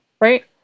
right